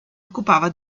occupava